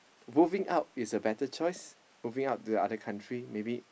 moving out is a better choice moving out to another country